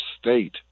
state